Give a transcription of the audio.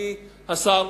אדוני השר,